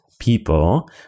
people